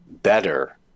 better